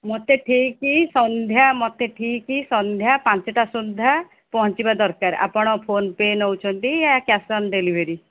ମୋତେ ଠିକ୍ ସନ୍ଧ୍ୟା ମୋତେ ଠିକ୍ ସନ୍ଧ୍ୟା ପାଞ୍ଚଟା ସୁଦ୍ଧା ପହଞ୍ଚିବା ଦରକାର ଆପଣ ଫୋନପେ ନେଉଛନ୍ତି ୟା କ୍ୟାସ୍ ଅନ୍ ଡେଲିଭରି